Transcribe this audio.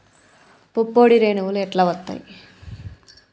పుప్పొడి రేణువులు ఎట్లా వత్తయ్?